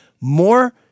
More